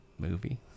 Movie